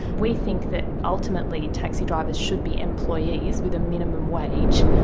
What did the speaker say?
we think that ultimately taxi drivers should be employees with a minimum wage.